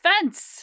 fence